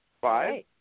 Five